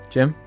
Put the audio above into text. Jim